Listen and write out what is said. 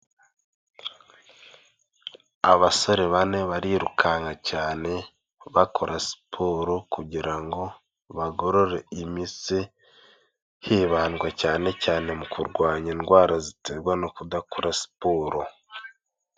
Abasore bane barirukanka cyane bakora siporo kugira ngo bagorore imitsi, hibandwa cyane cyane mu kurwanya indwara ziterwa no kudakora siporo.